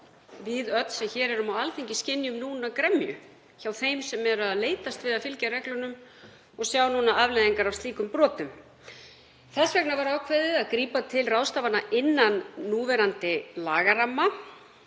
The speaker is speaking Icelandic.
við öll sem hér erum á Alþingi skynjum núna gremju hjá þeim sem leitast við að fylgja reglunum og sjá núna afleiðingar af slíkum brotum. Þess vegna var ákveðið að grípa til ráðstafana innan núverandi lagaramma.